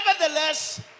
Nevertheless